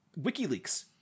WikiLeaks